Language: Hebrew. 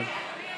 כן.